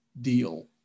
deal